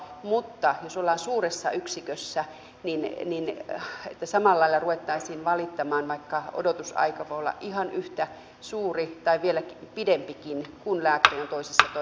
mutta entä jos ollaan suuressa yksikössä ja jos samalla lailla ruvettaisiin valittamaan vaikka odotusaika voi olla ihan yhtä suuri tai vieläkin pidempi kun lääkäri on toisessa toimenpiteessä kiinni